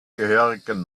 gehörigen